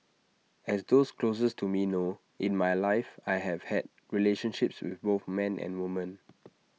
as those closest to me know in my life I have had relationships with both men and women